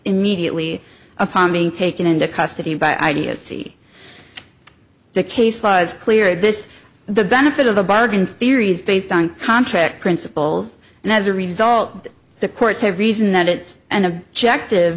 immediately upon being taken into custody by ideas see the case lies clear this the benefit of the bargain theories based on contract principles and as a result the courts have reason that it's an objective